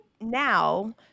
now